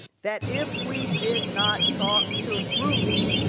that if we did not talk to rudy,